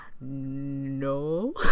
no